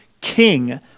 king